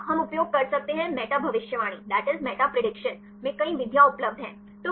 दूसरा हम उपयोग कर सकते हैं मेटा भविष्यवाणी में कई विधियाँ उपलब्ध हैं